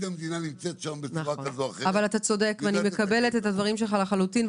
ואני מקבלת את הדברים שלך לחלוטין.